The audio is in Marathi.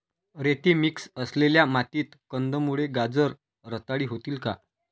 रेती मिक्स असलेल्या मातीत कंदमुळे, गाजर रताळी होतील का?